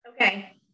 Okay